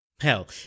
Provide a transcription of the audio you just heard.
Hell